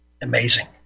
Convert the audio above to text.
Amazing